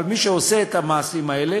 אבל מי שעושה את המעשים האלה